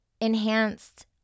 enhanced